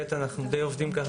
אנחנו די עובדים כך,